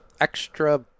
extra –